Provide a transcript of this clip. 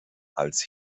als